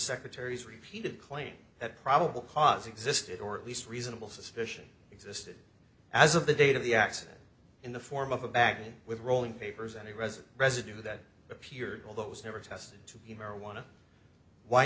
secretary's repeated claims that probable cause existed or at least reasonable suspicion existed as of the date of the accident in the form of a bag with rolling papers and a resin residue that appeared although it was never tested to be marijuana why